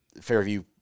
Fairview